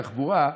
התחבורה,